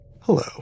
Hello